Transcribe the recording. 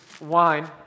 wine